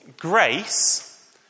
grace